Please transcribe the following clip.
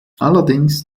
allerdings